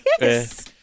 Yes